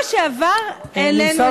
נעבור